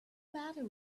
matter